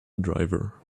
driver